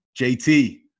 JT